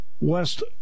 west